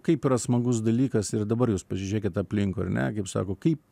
kaip yra smagus dalykas ir dabar jūs pasižiūrėkit aplinkui ar ne kaip sako kaip